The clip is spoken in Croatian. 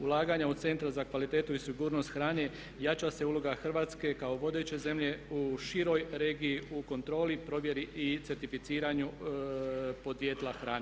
Ulaganjem u Centar za kvalitetu i sigurnost hrane jača se uloga Hrvatske kao vodeće zemlje u široj regiji u kontroli, provjeri i certificiranju podrijetla hrane.